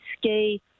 ski